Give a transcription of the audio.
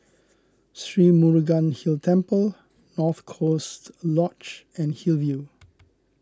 Sri Murugan Hill Temple North Coast Lodge and Hillview